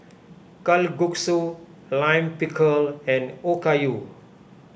Kalguksu Lime Pickle and Okayu